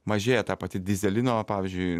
mažėja ta pati dyzelino pavyzdžiui